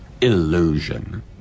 illusion